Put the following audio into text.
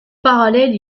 parallèle